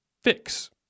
fix